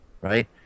right